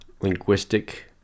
linguistic